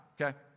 okay